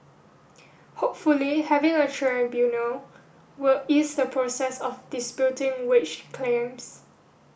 hopefully having a tribunal will ease the process of disputing wage claims